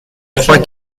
trois